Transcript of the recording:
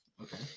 Okay